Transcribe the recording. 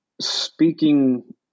speaking